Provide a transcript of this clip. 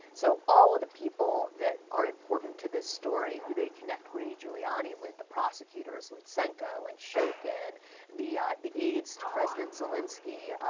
so, all of the people that are important to this story, and they connect rudy giuliani with the prosecutors with sanko and shokin the the aides to president galinsky,